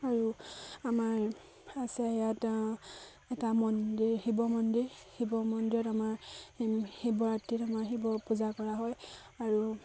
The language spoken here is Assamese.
আৰু আমাৰ আছে ইয়াত এটা মন্দিৰ শিৱ মন্দিৰ শিৱ মন্দিৰত আমাৰ শিৱৰাত্ৰিত আমাৰ শিৱ পূজা কৰা হয় আৰু